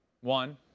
one